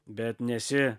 bet nesi